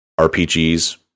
RPGs